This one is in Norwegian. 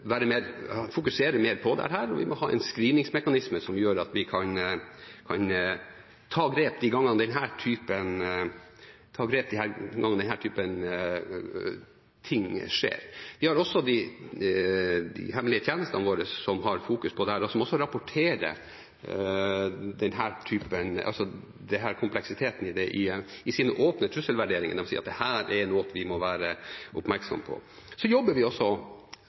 fokusere mer på dette, og vi må ha en screeningmekanisme som gjør at vi kan ta grep de gangene denne typen ting skjer. Vi har også de hemmelige tjenestene våre, som fokuserer på dette, og som rapporterer kompleksiteten i det i sine åpne trusselvurderinger. De sier at dette er noe vi må være oppmerksom på. Vi jobber også sammen med våre allierte for å skape en felles forståelse for de utfordringene dette gir. Det er komplekst når det blir kompliserte eierstrukturer nedigjennom i bedrifter som er viktige for oss. Vi